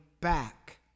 back